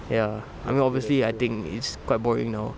ya I mean obviously I think it's quite boring now